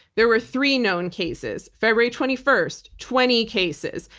there were three known cases. february twenty first, twenty cases.